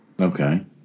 okay